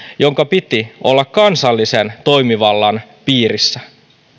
jonka piti olla kansallisen toimivallan piirissä